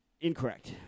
Incorrect